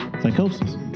Psychosis